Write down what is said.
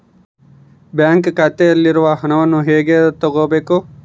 Bank ಖಾತೆಯಲ್ಲಿರುವ ಹಣವನ್ನು ಹೇಗೆ ತಗೋಬೇಕು?